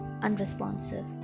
unresponsive